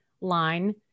line